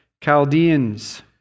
Chaldeans